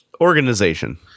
organization